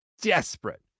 desperate